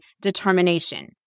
determination